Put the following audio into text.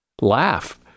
Laugh